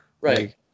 right